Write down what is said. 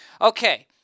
okay